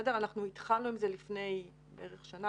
התחלנו עם זה לפני בערך שנה.